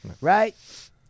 right